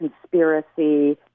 conspiracy